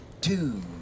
two